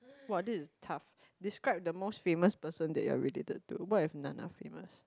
!wah! this is tough describe the most famous person that you are related to what if none of famous